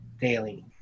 daily